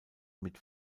mit